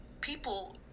people